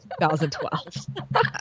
2012